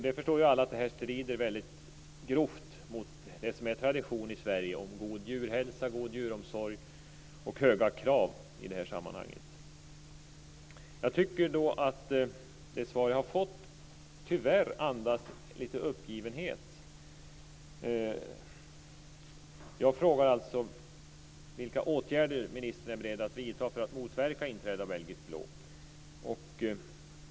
Det förstår ju alla att det här strider grovt mot det som är tradition i Sverige, nämligen god djurhälsa, god djuromsorg och höga krav. Jag tycker att det svar jag har fått tyvärr andas lite uppgivenhet. Jag frågar alltså vilka åtgärder ministern är beredd att vidta för att motverka inträde av belgisk blå.